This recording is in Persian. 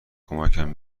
کمکم